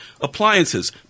Appliances